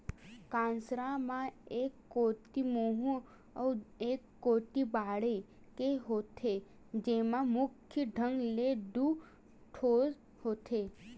कांसरा म एक कोती मुहूँ अउ ए कोती बांधे के होथे, जेमा मुख्य ढंग ले दू छोर होथे